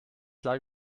klar